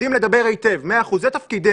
יודעים לדבר היטב - זה תפקידנו.